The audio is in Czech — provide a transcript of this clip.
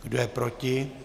Kdo je proti?